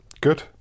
Good